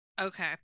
Okay